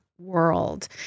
world